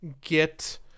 get